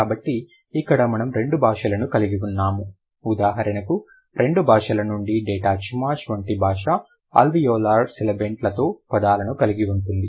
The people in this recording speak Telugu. కాబట్టి ఇక్కడ మనము రెండు భాషలను కలిగి ఉన్నాము ఉదాహరణకు రెండు భాషల నుండి డేటా చుమాష్ వంటి భాష అల్వియోలార్ సిబిలెంట్ లతో పదాలను కలిగి ఉంటుంది